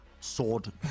sword